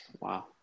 wow